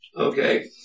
Okay